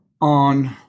on